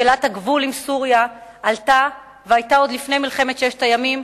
שאלת הגבול עם סוריה עלתה והיתה עוד לפני מלחמת ששת הימים,